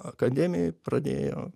akademijoj pradėjo